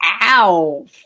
ow